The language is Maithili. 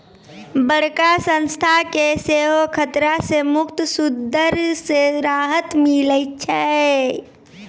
बड़का संस्था के सेहो खतरा से मुक्त सूद दर से राहत मिलै छै